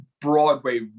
Broadway